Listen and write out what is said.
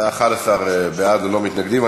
11 בעד, ללא מתנגדים.